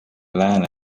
lääne